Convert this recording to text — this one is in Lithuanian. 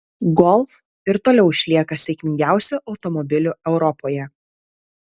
golf ir toliau išlieka sėkmingiausiu automobiliu europoje